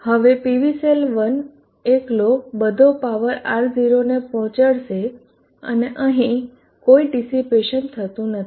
હવે PV cell 1 એકલો બધો પાવર R0 ને પહોંચાડશે અને અહીં કોઈ ડીસીપેશન થતું નથી